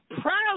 proud